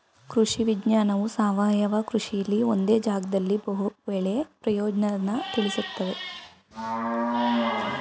ಕೃಷಿ ವಿಜ್ಞಾನವು ಸಾವಯವ ಕೃಷಿಲಿ ಒಂದೇ ಜಾಗ್ದಲ್ಲಿ ಬಹು ಬೆಳೆ ಪ್ರಯೋಜ್ನನ ತಿಳುಸ್ತದೆ